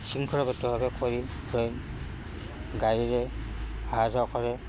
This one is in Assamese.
শৃংখলাবদ্ধভাৱে কৰিলৈ গাড়ীৰে অহা যোৱা কৰে